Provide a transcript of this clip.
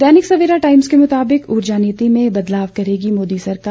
दैनिक Savera Times के मुताबिक ऊर्जा नीति में बदलाव करेगी मोदी सरकार